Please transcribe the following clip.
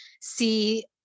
see